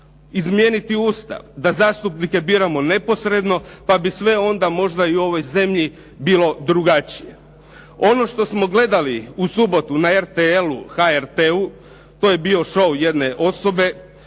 izmijeniti Ustav, da zastupnike biramo neposredno, pa bi sve onda možda i u ovoj zemlji bilo drugačije. Ono što smo gledali u subotu na RTL-u, HRT-u to je bio show jedne osobe